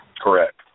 Correct